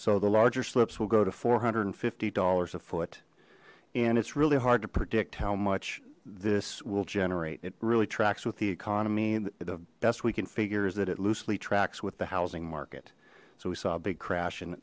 so the larger slips will go to four hundred and fifty dollars a foot and it's really hard to predict how much this will generate it really tracks with the economy the best we can figure is that it loosely tracks with the housing market so we saw a big